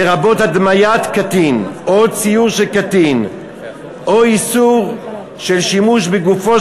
לרבות הדמיית קטין או ציור של קטין או איסור של שימוש בגופו